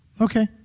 Okay